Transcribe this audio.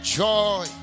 joy